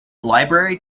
library